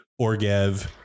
Orgev